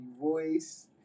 Voice